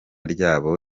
ryabo